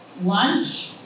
lunch